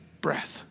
breath